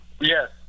Yes